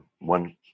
One